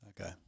okay